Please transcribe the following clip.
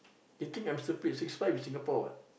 he think I'm stupid six five is Singapore what